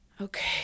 Okay